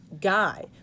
guy